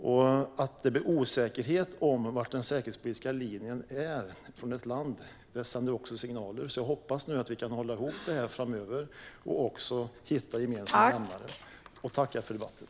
När det blir osäkerhet om vad den säkerhetspolitiska linjen är från ett land sänder det signaler. Jag hoppas därför att vi kan hålla ihop detta framöver och hitta gemensamma nämnare. Tack för debatten!